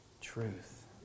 truth